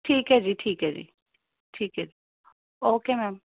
ਠੀਕ ਹੈ ਜੀ ਠੀਕ ਹੈ ਜੀ ਠੀਕ ਹੈ ਜੀ ਓਕੇ ਮੈਮ